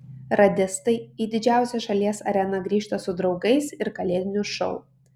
radistai į didžiausią šalies areną grįžta su draugais ir kalėdiniu šou